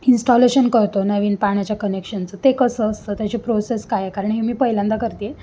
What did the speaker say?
installation करतो नवीन पाण्याच्या कनेक्शनचं ते कसं असतं त्याची प्रोसेस काय कारण हे मी पहिल्यांदा करत आहे